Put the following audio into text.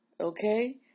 okay